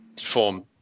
form